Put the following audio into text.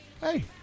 hey